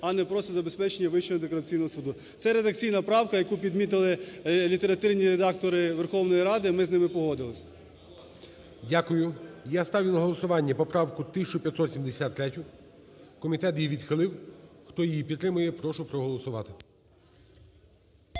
а не просто "Забезпечення Вищого антикорупційного суду". Це редакційна правка, яку підмітили літературні редактори Верховної Ради, ми з ними погодились. ГОЛОВУЮЧИЙ. Дякую. Я ставлю на голосування поправку 1573. Комітет її відхилив. Хто її підтримує, прошу проголосувати.